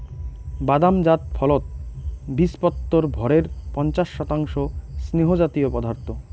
বাদাম জাত ফলত বীচপত্রর ভরের পঞ্চাশ শতাংশ স্নেহজাতীয় পদার্থ